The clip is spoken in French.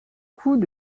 coup